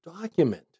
document